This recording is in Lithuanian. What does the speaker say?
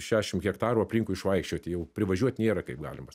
šešim hektarų aplinkui išvaikščioti jau privažiuot nėra kaip galima